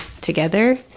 together